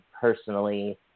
personally